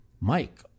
Mike